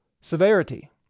severity